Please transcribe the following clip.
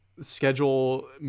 schedule